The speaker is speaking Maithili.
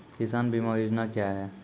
किसान बीमा योजना क्या हैं?